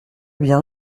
bien